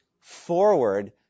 forward